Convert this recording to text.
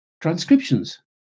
transcriptions